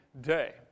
day